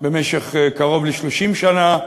במשך קרוב ל-30 שנה.